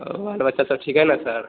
और बाल बच्चा ठीक है ना सर